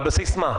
על בסיס מה?